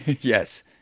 Yes